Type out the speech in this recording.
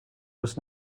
was